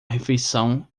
refeição